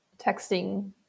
texting